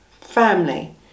family